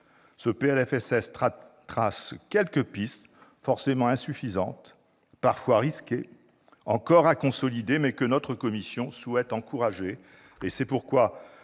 sociale trace quelques pistes, forcément insuffisantes, parfois risquées, encore à consolider, mais que notre commission souhaite encourager.